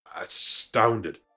astounded